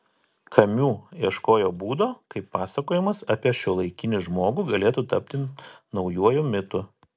kamiu ieškojo būdo kaip pasakojimas apie šiuolaikinį žmogų galėtų tapti naujuoju mitu